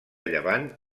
llevant